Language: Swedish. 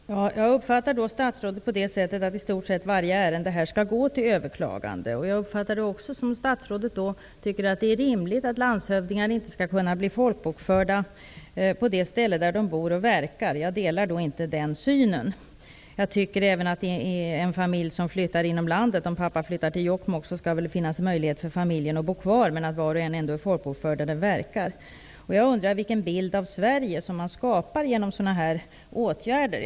Fru talman! Jag uppfattar statsrådet som att i stort sätt varje ärende skall gå till överklagande. Jag uppfattar det också som att statsrådet tycker att det är rimligt att landshövdingarna inte skall kunna bli folkbokförda på det ställe där de bor och verkar. Jag delar inte den synen. Om en familj flyttar inom landet, t.ex. om pappan flyttar till Jokkmokk, skall det finnas möjlighet för familjen att bo kvar, men att var och en är folkbokförd där man bor och verkar. Jag undrar vilken bild av Sverige man skapar genom sådana här åtgärder.